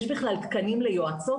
יש בכלל תקנים ליועצות?